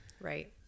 right